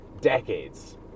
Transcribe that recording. decades